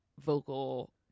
vocal